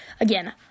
Again